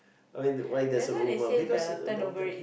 I mean why there is a rumour because of the